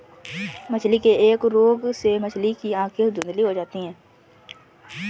मछली के एक रोग से मछली की आंखें धुंधली हो जाती है